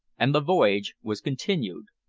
and the voyage was continued.